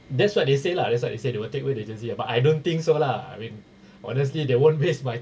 that's what they say lah that's what they say they will take away the jersey ah but I don't think so lah I mean honestly they won't waste my time